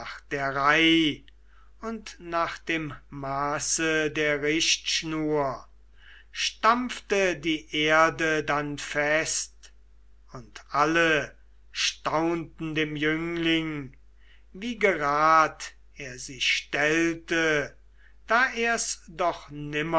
der reih und nach dem maße der richtschnur stampfte die erde dann fest und alle staunten dem jüngling wie gerad er sie stellte da er's doch